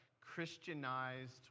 Christianized